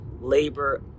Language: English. labor